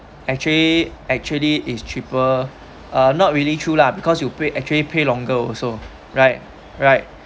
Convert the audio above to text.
actually actually is cheaper uh not really true lah because you pay actually pay longer also right right